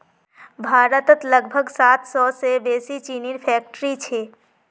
भारतत लगभग सात सौ से बेसि चीनीर फैक्ट्रि छे